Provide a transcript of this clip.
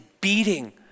beating